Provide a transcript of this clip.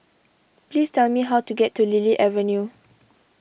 please tell me how to get to Lily Avenue